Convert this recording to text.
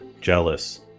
jealous